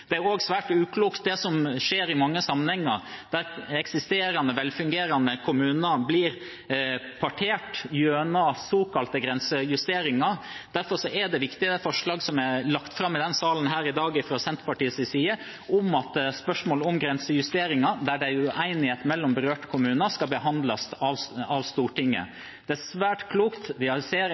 Det er også svært uklokt, det som skjer i mange sammenhenger der eksisterende, velfungerende kommuner blir partert gjennom såkalte grensejusteringer. Derfor er det viktig, det forslaget som er lagt fram fra Senterpartiets side i denne salen i dag, at spørsmål om grensejusteringer der det er uenighet mellom berørte kommuner, skal behandles av Stortinget. Det er svært klokt. Vi ser